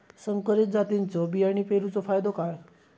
संकरित जातींच्यो बियाणी पेरूचो फायदो काय?